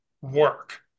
work